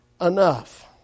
enough